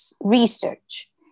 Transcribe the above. research